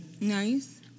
Nice